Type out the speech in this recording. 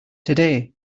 today